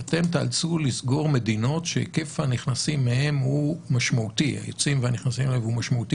שאתם תיאלצו לסגור מדינות שהיקף הנכנסים והיוצאים מהן הוא משמעותי,